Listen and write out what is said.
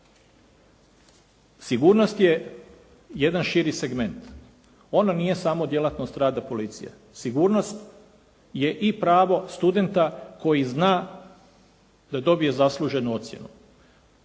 Sigurnost je jedan širi segment. On nije samo djelatnost rada policije. Sigurnost je i pravo studenta koji zna da dobije zasluženu ocjenu.